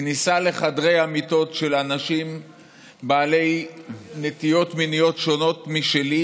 כניסה לחדרי המיטות של אנשים בעלי נטיות מיניות שונות משלי,